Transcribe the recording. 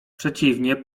przeciwnie